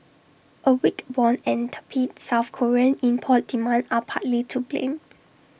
A weak won and tepid south Korean import demand are partly to blame